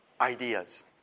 ideas